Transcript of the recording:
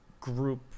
group